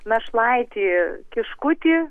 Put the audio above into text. našlaitį kiškutį